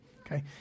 okay